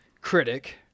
critic